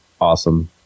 awesome